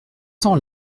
cents